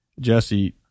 Jesse